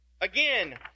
Again